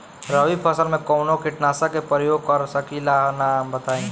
रबी फसल में कवनो कीटनाशक के परयोग कर सकी ला नाम बताईं?